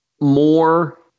more